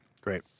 Great